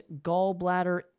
gallbladder